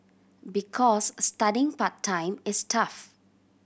because studying part time is tough